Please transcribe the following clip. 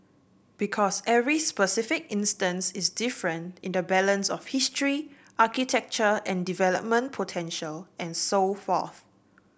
because every specific instance is different in the balance of history architecture and development potential and so forth